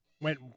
went